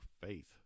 faith